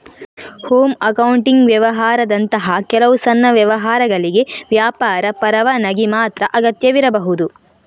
home accounting ವ್ಯವಹಾರದಂತಹ ಕೆಲವು ಸಣ್ಣ ವ್ಯವಹಾರಗಳಿಗೆ ವ್ಯಾಪಾರ ಪರವಾನಗಿ ಮಾತ್ರ ಅಗತ್ಯವಿರಬಹುದು